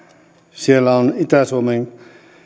siellä ovat itä suomen